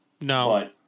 No